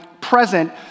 present